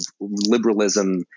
liberalism